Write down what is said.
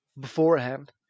beforehand